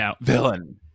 villain